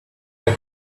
your